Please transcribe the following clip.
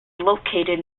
located